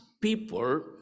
people